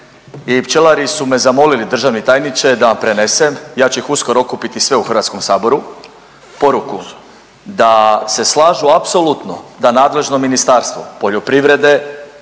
i pčelari su me zamolili državni tajniče da prenesem, ja ću ih uskoro okupiti sve u HS, poruku da se slažu apsolutno da nadležno Ministarstvo poljoprivrede